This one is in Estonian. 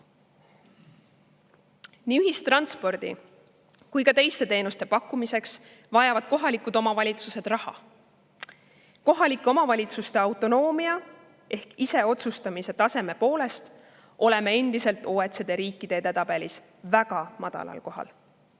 Nii ühistranspordi kui ka teiste teenuste pakkumiseks vajavad kohalikud omavalitsused raha. Kohalike omavalitsuste autonoomia ehk iseotsustamise taseme poolest oleme OECD riikide edetabelis endiselt väga madalal kohal.